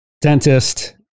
dentist